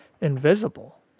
invisible